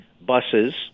buses